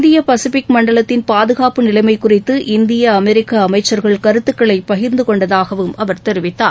இந்திய பசிபிக் மண்டலத்தின் பாதுகாப்பு நிலைமை குறித்து இந்திய அமெரிக்க அமைச்சர்கள் கருத்துக்களை பகிர்ந்துகொண்டதாகவும் அவர் தெரிவித்தார்